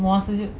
buang masa jer